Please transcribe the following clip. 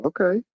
okay